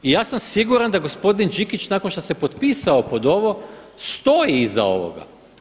I ja sam siguran da gospodin Đikić nakon što se potpisao pod ovo stoji iza ovoga.